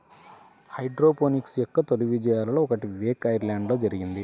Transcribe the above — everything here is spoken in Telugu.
హైడ్రోపోనిక్స్ యొక్క తొలి విజయాలలో ఒకటి వేక్ ఐలాండ్లో జరిగింది